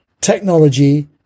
technology